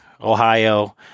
Ohio